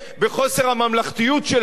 בחוסר הממלכתיות שלכם,